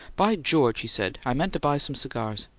by george! he said. i meant to buy some cigars.